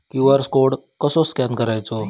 QR code कसो scan करायचो?